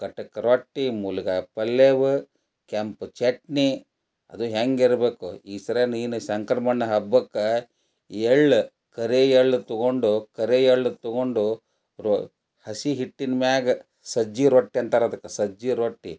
ಕಟಕ್ ರೊಟ್ಟಿ ಮೂಲ್ಗಾಯಿ ಪಲ್ಯವ ಕೆಂಪು ಚಟ್ನಿ ಅದು ಹೇಗಿರ್ಬೇಕು ಈ ಸರಿ ಏನು ಸಂಕ್ರಮಣ ಹಬ್ಬಕ್ಕೆ ಎಳ್ಳು ಕರಿ ಎಳ್ಳು ತೊಗೊಂಡು ಕರಿ ಎಳ್ಳು ತೊಗೊಂಡು ರೋ ಹಸಿ ಹಿಟ್ಟಿನ ಮ್ಯಾಗ ಸಜ್ಜಿ ರೊಟ್ಟಿ ಅಂತಾರೆ ಅದಕ್ಕೆ ಸಜ್ಜಿ ರೊಟ್ಟಿ